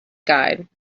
guide